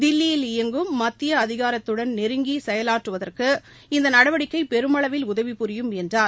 தில்லியில் இயங்கும் மத்திய அதிகாரத்துடன் நெருங்கி செயலாற்றுவதற்கு இந்த நடவடிக்கை பெருமளவில் உதவி புரியும் என்றார்